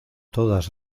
todas